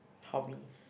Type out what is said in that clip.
hobby